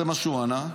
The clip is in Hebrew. זה מה שהוא ענה: